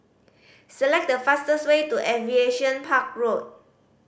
select the fastest way to Aviation Park Road